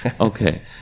Okay